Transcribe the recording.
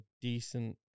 decent